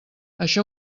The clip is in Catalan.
això